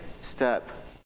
step